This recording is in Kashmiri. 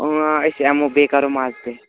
اۭں أسۍ یِمو بیٚیہِ کَرو